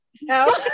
No